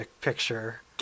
picture